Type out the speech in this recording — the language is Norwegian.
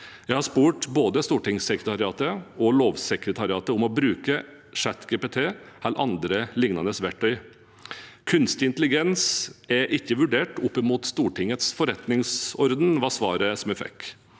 Jeg har spurt både stortingssekretariatet og lovsekretariatet om bruk av ChatGPT eller andre lignende verktøy. Kunstig intelligens er ikke vurdert opp mot Stortingets forretningsorden, var svaret jeg fikk.